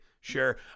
Sure